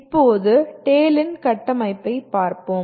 இப்போது TALE ன் கட்டமைப்பைப் பார்ப்போம்